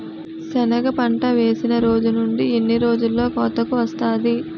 సెనగ పంట వేసిన రోజు నుండి ఎన్ని రోజుల్లో కోతకు వస్తాది?